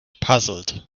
puzzled